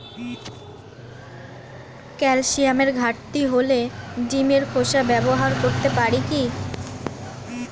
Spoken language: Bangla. ক্যালসিয়ামের ঘাটতি হলে ডিমের খোসা ব্যবহার করতে পারি কি?